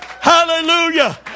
Hallelujah